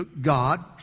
God